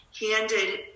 handed